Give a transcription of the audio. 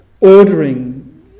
ordering